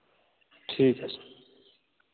ठीक है सर